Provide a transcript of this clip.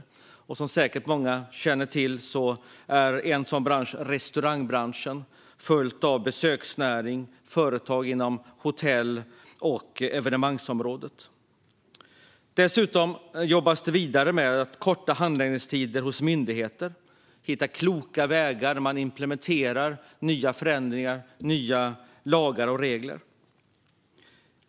Som många säkert känner till är en sådan bransch restaurangbranschen, följd av besöksnäring och företag inom hotell och på evenemangsområdet. Dessutom jobbas det vidare med att korta handläggningstider hos myndigheter och att hitta kloka vägar att implementera förändringar, nya lagar och regler.